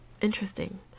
interesting